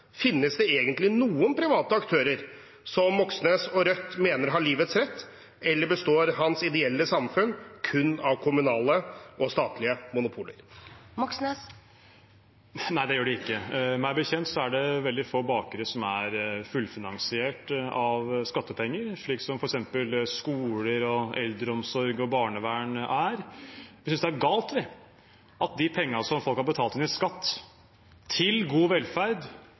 Finnes det egentlig noen private aktører som Moxnes og Rødt mener har livets rett? Eller består hans ideelle samfunn kun av kommunale og statlige monopoler? Nei, det gjør det ikke. Meg bekjent er det veldig få bakere som er fullfinansiert av skattepenger, slik som f.eks. skoler, eldreomsorg og barnevern er. Vi synes det er galt at de pengene som folk har betalt inn i skatt til god velferd,